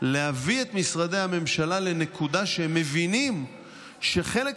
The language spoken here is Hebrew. להביא את משרדי הממשלה לנקודה שהם מבינים שהם צריכים